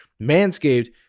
Manscaped